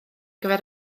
gyfer